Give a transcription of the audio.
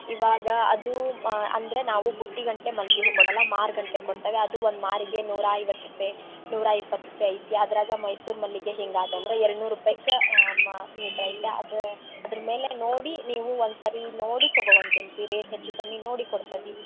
ಇವಾಗ ಅದು ಅಂದರೆ ನಾವು ಬುಟ್ಟಿ ಗಟ್ಲೆ ಮಲ್ಗೆ ಹೂ ಕೊಡಲ್ಲ ಮಾರು ಗಟ್ಲೆ ಕೊಡ್ತೇವೆ ಅದು ಒಂದು ಮಾರಿಗೆ ನೂರ ಐವತ್ತು ರೂಪಾಯಿ ನೂರ ಇಪ್ಪತ್ತು ರೂಪಾಯಿ ಐತಿ ಅದರಾಗ ಮೈಸೂರು ಮಲ್ಲಿಗೆ ಹಿಂಗಾದಂದರೆ ಎರಡುನೂರು ರೂಪಾಯಕ್ಕೆ ಮಾ ಮೀಟ್ರ್ ಐತೆ ಅದು ಅದ್ರ ಮೇಲೆ ನೋಡಿ ನೀವು ಒಂದುಸರಿ ನೋಡಿ ತಗೋವಂತೆ ಏನು ರೀ ರೇಟ್ ಹೆಚ್ಚು ಕಮ್ಮಿ ನೋಡಿ ಕೊಡ್ತೇವಿ